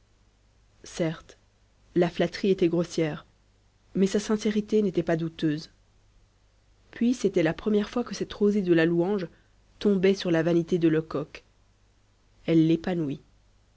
certes la flatterie était grossière mais sa sincérité n'était pas douteuse puis c'était la première fois que cette rosée de la louange tombait sur la vanité de lecoq elle l'épanouit